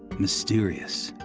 mysterious,